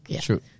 True